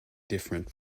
different